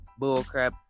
bullcrap